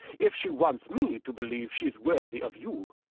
if she wants me to believe she's worthy of you.